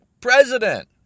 president